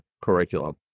curriculum